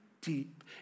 deep